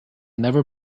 never